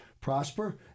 prosper